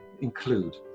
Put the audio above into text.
include